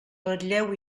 ratlleu